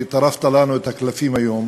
וטרפת לנו את הקלפים היום.